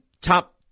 top